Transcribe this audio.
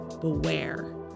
beware